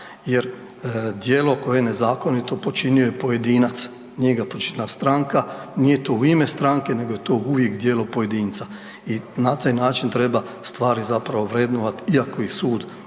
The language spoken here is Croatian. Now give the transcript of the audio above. jer djelo koje je nezakonito počinio je pojedinac, nije ga počinila stranka, nije to u ime stranke nego je to uvijek to djelo pojedinca i na taj način treba stvari vrednovat i ako ih sud donese